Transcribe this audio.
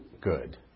good